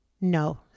No